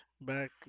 Back